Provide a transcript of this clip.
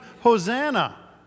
Hosanna